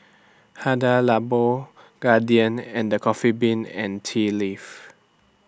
Hada Labo Guardian and The Coffee Bean and Tea Leaf